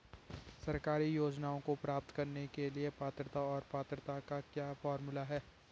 सरकारी योजनाओं को प्राप्त करने के लिए पात्रता और पात्रता का क्या फार्मूला है?